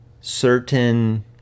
certain